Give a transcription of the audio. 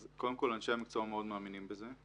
אז קודם כל, אנשי המקצוע מאוד מאמינים בזה.